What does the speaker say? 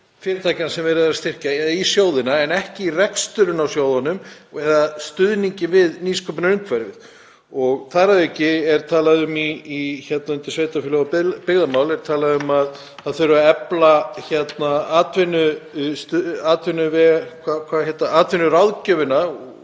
fyrirtækjanna sem verið er að styrkja, í sjóðina en ekki í reksturinn á sjóðunum og/eða stuðning við nýsköpunarumhverfið. Þar að auki er talað um, undir sveitarfélög og byggðamál, að það þurfi að efla atvinnuráðgjöfina